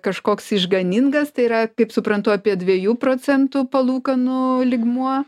kažkoks išganingas tai yra kaip suprantu apie dviejų procentų palūkanų lygmuo